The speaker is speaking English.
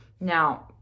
Now